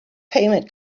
payment